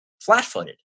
flat-footed